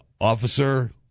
Officer